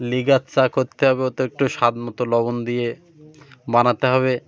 গাছ চা করতে হবে ওতো একটু স্বাদ মতো লবণ দিয়ে বানাতে হবে